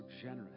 generous